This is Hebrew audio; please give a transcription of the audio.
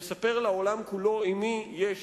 נספר לעולם כולו עם מי יש